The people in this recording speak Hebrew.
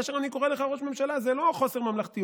כאשר אני קורא לך ראש ממשלה זה לא חוסר ממלכתיות,